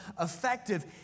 effective